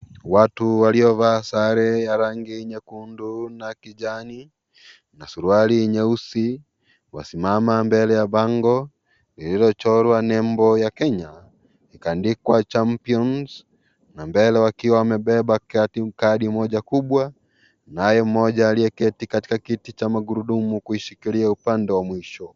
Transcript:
Watu waliovaa sare ya rangi nyekundu na kijani na suruali nyeusi wanasimama mbele ya bango lililochorwa nembo ya Kenya na kuandikwa CHAMPIONS na mbele wakiwa wamebeba kadi moja kubwa nayo mmoja aliyeketi katika kiti cha magurudumu kuishikilia upande wa mwisho.